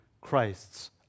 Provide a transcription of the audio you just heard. Christ's